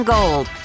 Gold